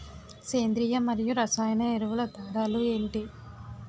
సేంద్రీయ మరియు రసాయన ఎరువుల తేడా లు ఏంటి?